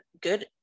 good